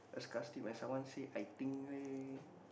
sarcastic when someone say I think leh